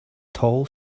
tall